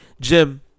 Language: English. Jim